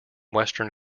western